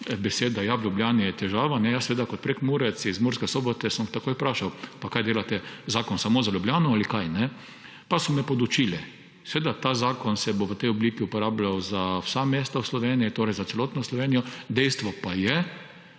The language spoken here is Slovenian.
beseda, ja, v Ljubljani je težava. Kot Prekmurec iz Murske Sobote sem takoj vprašal: »Kaj delate zakon samo za Ljubljano ali kaj?« Pa so me podučili. Seveda se bo ta zakon v tej obliki uporabljal za vsa mesta v Sloveniji, torej za celotno Slovenijo, dejstvo pa je,